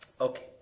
Okay